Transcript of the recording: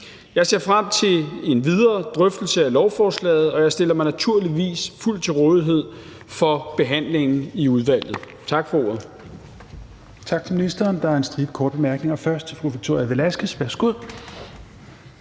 Jeg ser frem til en videre drøftelse af lovforslaget, og jeg stiller mig naturligvis fuldt til rådighed for behandlingen i udvalget. Tak for ordet.